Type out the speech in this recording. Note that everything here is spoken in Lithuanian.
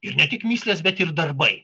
ir ne tik mįslės bet ir darbai